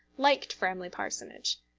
liked framley parsonage.